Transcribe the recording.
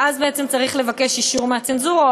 ואז צריך לבקש אישור מהצנזורה,